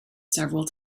several